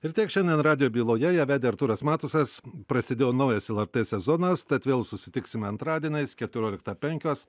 ir tiek šiandien radijo byloje ją vedė artūras matusas prasidėjo naujas lrt sezonas tad vėl susitiksime antradieniais keturioliktą penkios